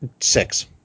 Six